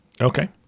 Okay